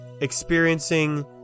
experiencing